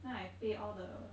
then I pay all the